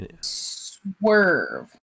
Swerve